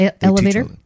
Elevator